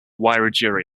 wiradjuri